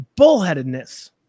bullheadedness